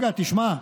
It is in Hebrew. רגע, תשמע.